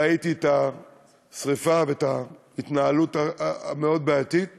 ראיתי את השרפה ואת ההתנהלות הבעייתית מאוד.